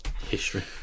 History